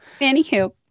Anywho